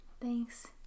Thanks